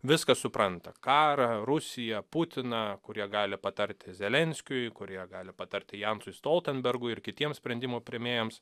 viską supranta karą rusiją putiną kurie gali patarti zelenskiui kurie gali patarti jansui stoltenbergui ir kitiems sprendimų priėmėjams